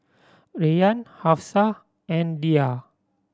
Rayyan Hafsa and Dhia